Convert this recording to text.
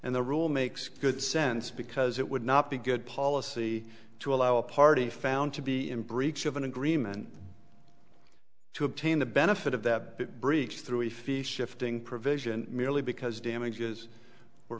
and the rule makes good sense because it would not be good policy to allow a party found to be in breach of an agreement to obtain the benefit of the breach through a fee shifting provision merely because damages were